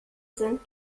sind